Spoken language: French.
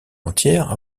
entière